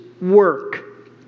work